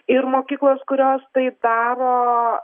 ir mokyklos kurios tai daro